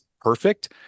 perfect